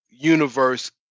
universe